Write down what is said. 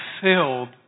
filled